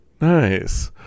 nice